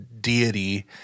deity